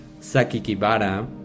Sakikibara